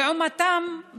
לעומתם,